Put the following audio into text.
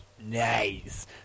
Nice